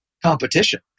competition